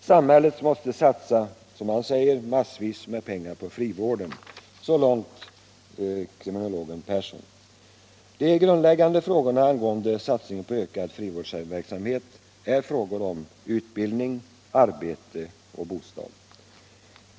Samhället måste, som han säger, satsa massor av pengar på sin frivård. Så långt kriminologen Persson. De grundläggande frågorna angående satsningen på ökad frivårdsverksamhet är frågor om utbildning, arbete och bostad.